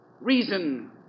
reason